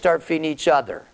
start feeling each other